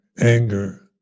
anger